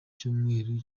icyumweru